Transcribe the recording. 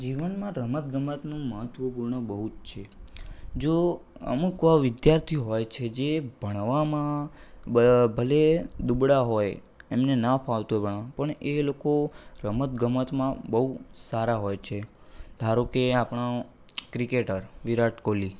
જીવનમાં રમતગમતનું મહત્ત્વપૂર્ણ બહુ જ છે જો અમુક વિદ્યાર્થીઓ હોય છે જે ભણવામાં બ ભલે દુબળા હોય એમને ન ફાવતું હોય પણ પણ એ લોકો રમતગમતમાં બહુ સારા હોય છે ધારો કે આપણા ક્રિકેટર વિરાટ કોહલી